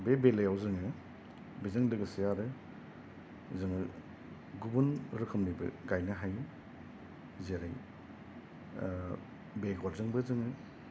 बे बेलायाव जोङो बेजों लोगोसे आरो जोङो गुबुन रोखोमनिबो गायनो हायो जेरै बेगरजोंबो जोङो